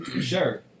Sure